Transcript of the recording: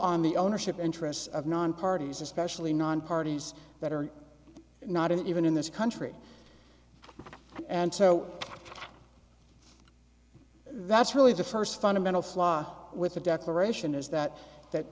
on the ownership interests of non parties especially non parties that are not even in this country and so that's really the first fundamental flaw with the declaration is that that